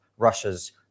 Russia's